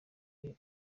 ari